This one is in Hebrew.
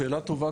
שאלה טובה,